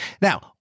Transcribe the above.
Now